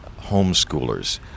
homeschoolers